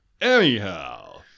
anyhow